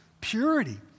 purity